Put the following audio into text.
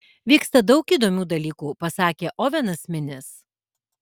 vyksta daug įdomių dalykų pasakė ovenas minis